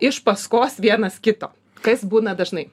iš paskos vienas kito kas būna dažnai